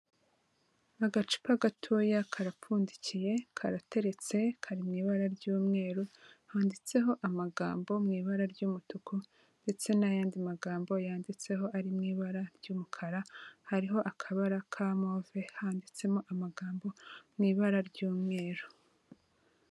Agacupa gatoya karapfundikiye, karateretse, kari mu ibara ry'umweru, handitseho amagambo mu ibara ry'umutuku ndetse n'ayandi magambo yanditseho ari mu ibara ry'umukara, hariho akabara ka move, handitsemo amagambo mu ibara ry'umweru.